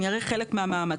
ואראה חלק מהמאמצים.